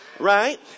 Right